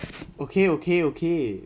okay okay okay